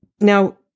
now